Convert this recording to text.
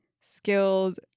skilled